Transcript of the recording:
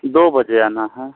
दो बजे आना है